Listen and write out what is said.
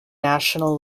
national